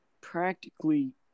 practically